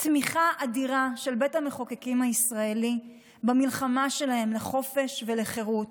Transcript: תמיכה אדירה של בית המחוקקים הישראלי במלחמה שלהם לחופש ולחירות.